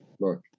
look